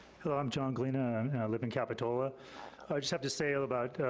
hello, i'm john gleena, and i live in capitola. i just have to say about,